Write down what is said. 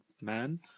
man